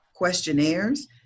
questionnaires